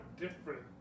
different